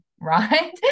right